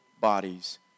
bodies